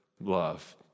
love